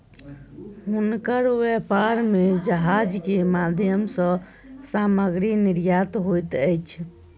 हुनकर व्यापार में जहाज के माध्यम सॅ सामग्री निर्यात होइत अछि